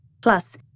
Plus